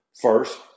first